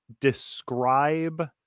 describe